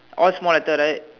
all small letter right